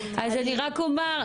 אז אני רק אומר,